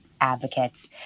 advocates